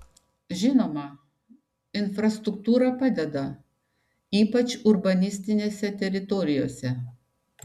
žinoma infrastruktūra padeda ypač urbanistinėse teritorijose